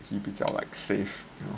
比较 like safe you know